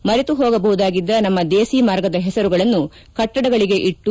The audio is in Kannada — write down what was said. ಮರೆತು ಹೋಗಬಹುದಾಗಿದ್ದ ನಮ್ಮ ದೇಸಿ ಮಾರ್ಗದ ಹೆಸರುಗಳನ್ನು ಕಟ್ಟಡಗಳಿಗೆ ಇಟ್ಟು